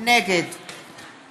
נגד